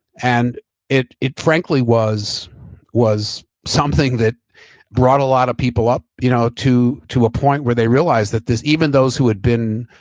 and it it frankly was was something that brought a lot of people up you know to to a point where they realized that there's even those who had been